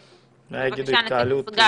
בבקשה, נציג משרד התרבות.